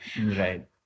Right